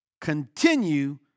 continue